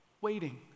Waiting